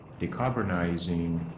decarbonizing